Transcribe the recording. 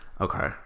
Okay